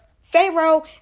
pharaoh